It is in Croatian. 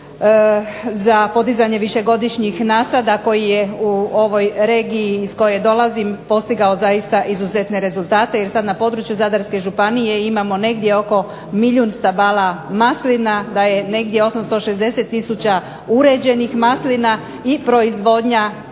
za podizanje višegodišnjih nasada koji je u ovoj regiji iz koje dolazim postigao zaista izuzetne rezultate jer sad na području Zadarske županije imamo negdje oko milijun stabala maslina, da je negdje 860 tisuća uređenih maslina i proizvodnja